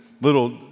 little